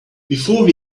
before